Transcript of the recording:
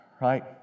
right